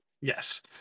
yes